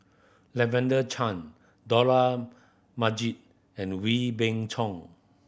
Lavender Chang Dollah Majid and Wee Beng Chong